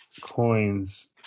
coins